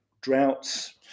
droughts